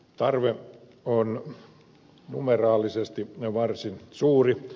tarve on numeraalisesti varsin suuri